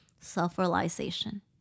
self-realization